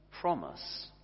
promise